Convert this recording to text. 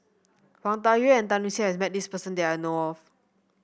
Wang Dayuan and Tan Lip Seng has met this person that I know of